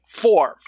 four